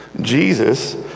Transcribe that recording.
Jesus